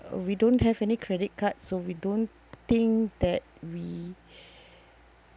uh we don't have any credit card so we don't think that we